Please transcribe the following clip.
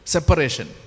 Separation